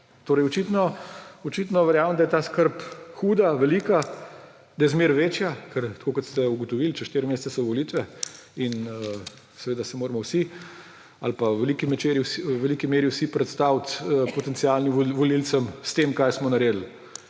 Očitno verjamem, da je ta skrb huda, velika, da je zmeraj večja, ker, tako kot ste ugotovili, čez štiri mesece so volitve. In seveda se moramo vsi ali pa v veliki meri vsi predstaviti potencialnim volivcem s tem, kar smo naredili.